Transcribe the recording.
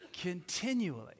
Continually